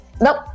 nope